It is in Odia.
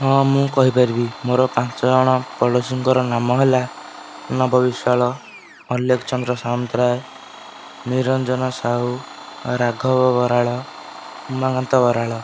ହଁ ମୁଁ କହିପାରିବି ମୋର ପାଞ୍ଚ ଜଣ ପଡ଼ୋଶୀଙ୍କର ନାମ ହେଲା ନବ ବିଶ୍ୱାଳ ଅଲେଖ ଚନ୍ଦ୍ର ସାମନ୍ତରାୟ ନିରଞ୍ଜନ ସାହୁ ରାଘବ ବରାଳ ଉମାକାନ୍ତ ବରାଳ